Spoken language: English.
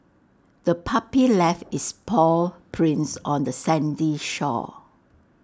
the puppy left its paw prints on the sandy shore